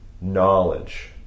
knowledge